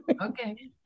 Okay